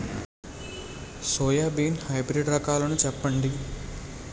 Soybean hybrid రకాలను చెప్పండి?